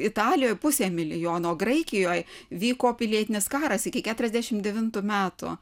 italijoje pusė milijono graikijoj vyko pilietinis karas iki keturiasdešimt devintų metų